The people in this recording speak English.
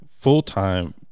full-time